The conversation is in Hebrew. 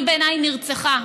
בעיניי היא נרצחה,